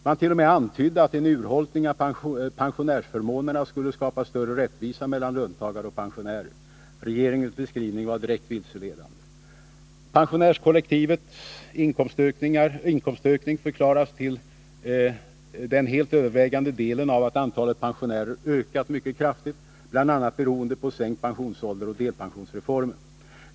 Man t.o.m. antydde att en urholkning av pensionsförmånerna skulle skapa större rättvisa mellan löntagare och pensionärer. Regeringens beskrivning var direkt vilseledande. Pensionärskollektivets inkomstökning förklaras till den helt övervägande delen av att antalet pensionärer ökat mycket kraftigt, bl.a. beroende på sänkt pensionsålder och delpensionsreformen.